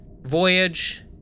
voyage